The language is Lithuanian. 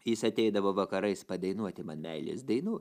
jis ateidavo vakarais padainuoti man meilės dainų